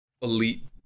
elite